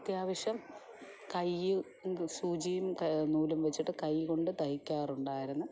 അത്യാവശ്യം കയ്യ് സൂചിയും നൂലും വെച്ചിട്ട് കൈ കൊണ്ട് തയ്ക്കാറുണ്ടായിരുന്നു